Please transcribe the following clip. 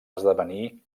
esdevenir